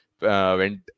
went